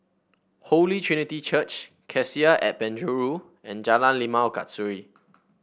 Holy Trinity Church Cassia at Penjuru and Jalan Limau Kasturi